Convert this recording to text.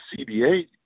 cba